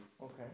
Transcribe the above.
Okay